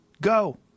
Go